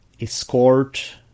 escort